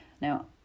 Now